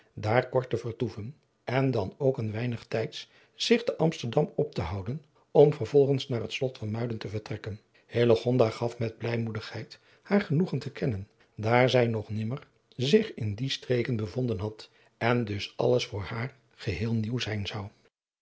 daar kort te vertoeven en dan ook een weinig tijds zich te amsterdam op te houden om vervolgens naar het slot van muiden te vertrekken hillegonda gaf met blijmoedigheid haar genoegen te kennen daar zij nog nimmer zich in die streken bevonden had en dus alles voor haar geheel nieuw zijn zou